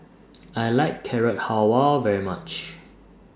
I like Carrot Halwa very much